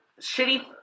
shitty